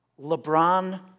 LeBron